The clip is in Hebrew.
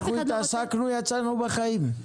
אנחנו התעסקנו ויצאנו בחיים.